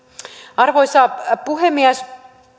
arvoisa puhemies